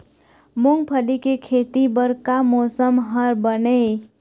मूंगफली के खेती बर का मौसम हर बने ये?